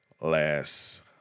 last